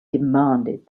demanded